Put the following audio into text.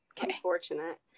unfortunate